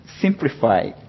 simplify